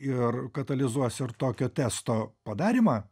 ir katalizuos ir tokio testo padarymą